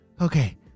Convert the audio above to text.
Okay